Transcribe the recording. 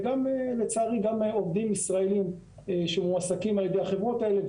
ולצערי גם עובדים ישראלים שמועסקים על ידי החברות האלה,